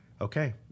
Okay